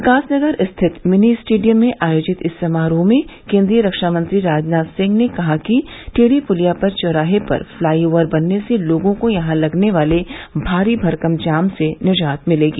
विकासनगर स्थित mini stadium में आयोजित इस समारोह में केन्द्रीय रक्षामंत्री राजनाथ सिंह ने कहा कि टेढ़ी पुलिया चौराहे पर फ्लाईओवर बनने से लोगों को यहां लगने वाले भारी भरकम जाम से निजात मिलेगी